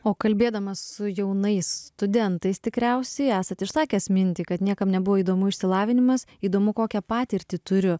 o kalbėdamas su jaunais studentais tikriausiai esat išsakęs mintį kad niekam nebuvo įdomu išsilavinimas įdomu kokią patirtį turiu